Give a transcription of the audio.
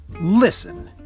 listen